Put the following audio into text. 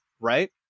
right